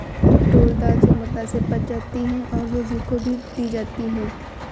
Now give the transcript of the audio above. tour दाल सुगमता से पच जाती है और रोगी को भी दी जाती है